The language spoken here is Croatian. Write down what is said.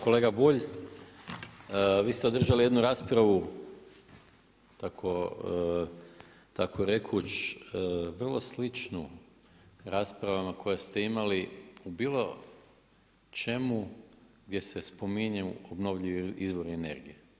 Kolega Bulj, vi ste održali jednu raspravu tako rekuć vrlo sličnu raspravama koje ste imali o bilo čemu gdje se spominju obnovljivi izvori energije.